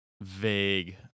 vague